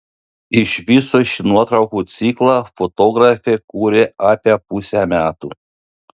iš viso šį nuotraukų ciklą fotografė kūrė apie pusę metų